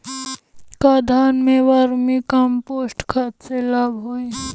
का धान में वर्मी कंपोस्ट खाद से लाभ होई?